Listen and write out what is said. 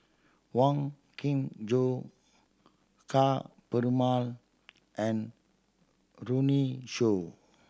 Wong Kin Jong Ka Perumal and Runme Shaw